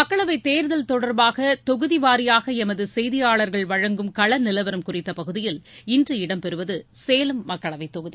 மக்களவைத் தேர்தல் தொடர்பாக தொகுதி வாரியாக எமது செய்தியாளர்கள் வழங்கும் கள நிலவரம் குறித்த பகுதியில் இன்று இடம்பெறுவது சேலம் மக்களவைத் தொகுதி